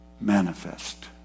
manifest